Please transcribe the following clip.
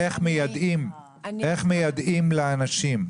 איך מיידעים על האנשים?